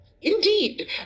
Indeed